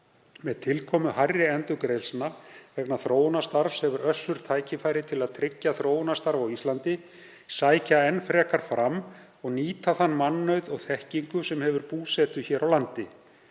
Með tilkomu hærri endurgreiðslna vegna þróunarstarfs hefur Össur tækifæri til að tryggja þróunarstarf á Íslandi, sækja enn frekar fram og nýta þann mannauð og þekkingu sem hefur búsetu hér á landi.